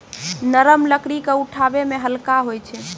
नरम लकड़ी क उठावै मे हल्का होय छै